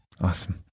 Awesome